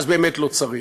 אז באמת לא צריך.